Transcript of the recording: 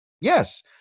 Yes